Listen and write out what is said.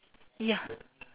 ya